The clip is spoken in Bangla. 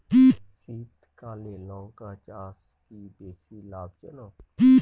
শীতকালে লঙ্কা চাষ কি বেশী লাভজনক?